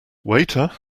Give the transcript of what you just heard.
waiter